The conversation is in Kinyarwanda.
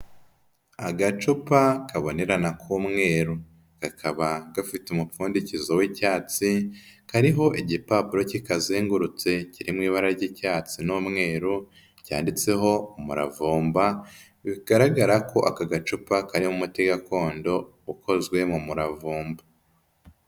Agacupa kabonerana k'umweru, kakaba gafite umupfundikizo w'icyatsi, kariho igipapuro kikazengurutse kiri mu ibara ry'icyatsi n'umweru cyanditseho umuravumba, bigaragara ko aka gacupa karimo umuti gakondo ukozwe mu muravumba.